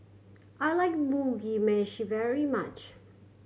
I like Mugi Meshi very much